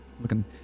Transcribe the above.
Looking